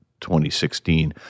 2016